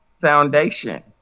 Foundation